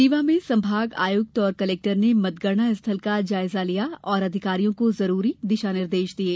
रीवा में संभाग आयुक्त और कलेक्टर ने मतगणना स्थल का जायजा लिया और अधिकारियों को जरूरी दिशानिर्देश दिये